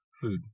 food